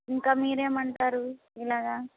ఇంక మీరేమంటారు ఇలాగ